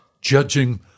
Judging